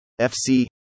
FC